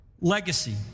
legacy